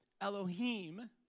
Elohim